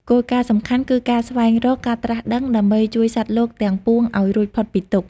គោលការណ៍សំខាន់គឺការស្វែងរក ការត្រាស់ដឹង ដើម្បីជួយសត្វលោកទាំងពួងឱ្យរួចផុតពីទុក្ខ។